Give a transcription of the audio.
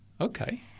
Okay